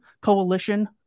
coalition